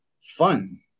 fun